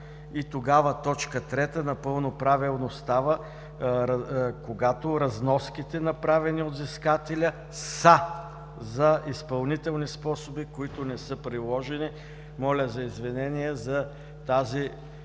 тогава т. 3 напълно правилно става – „когато разноските, направени от взискателя, са за изпълнителни способи, които не са приложени“. Моля за извинение за тази